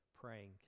praying